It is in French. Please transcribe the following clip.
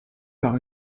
par